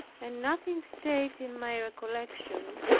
and nothing stayed in my recollection,